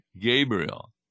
Gabriel